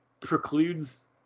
precludes